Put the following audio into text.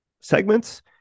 Segments